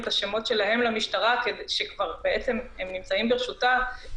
אם הם לא יירשמו מדובר בעבירה פלילית שבצדה קנס של 3,000 שקלים.